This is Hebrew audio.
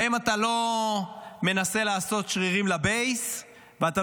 שבהם אתה לא מנסה לעשות שרירים לבייס ואתה